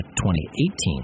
2018